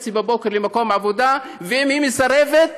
ב-05:30 למקום עבודה, ואם היא מסרבת,